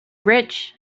rich